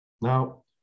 now